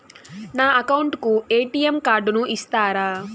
నా అకౌంట్ కు ఎ.టి.ఎం కార్డును ఇస్తారా